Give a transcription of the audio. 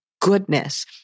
goodness